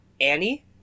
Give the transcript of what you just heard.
Annie